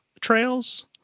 Trails